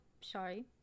sorry